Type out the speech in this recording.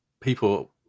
people